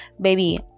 baby